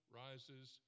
rises